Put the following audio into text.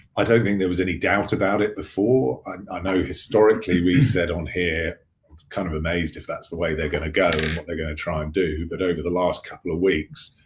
i don't think there was any doubt about it before. um i know historically, we said on here, i'm kind of amazed if that's the way they're gonna go and what they're gonna try and do. but over the last couple of weeks,